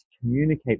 communicate